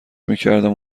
میکردم